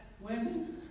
women